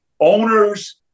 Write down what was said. Owners